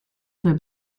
suoi